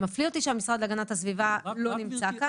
מפליא אותי שהמשרד להגנת הסביבה לא נמצא כאן.